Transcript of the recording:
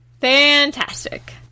Fantastic